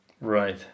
Right